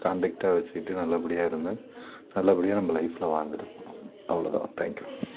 காண்டெக்ட்டாக வச்சிக்கிட்டு நல்லபடியாக இருந்தால் நல்லபடியாக நம்ப லைஃப்பில வாழ்ந்துட்டு போகலாம் அவ்வளோ தான் தேங்க் யூ